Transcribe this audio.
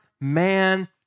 man